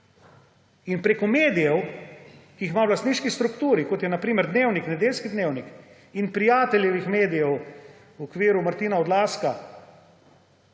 In preko medijev, ki jih ima v lastniški strukturi, kot je na primer Dnevnik, Nedeljski dnevnik, in prijateljevih medijev v okviru Martina Odlazka